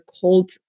cold